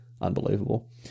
unbelievable